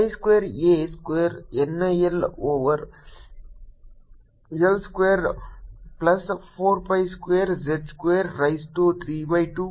pi square a square N I L over L square plus 4 pi square z square raise to 3 by 2